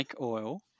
oil